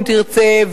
אם תרצה,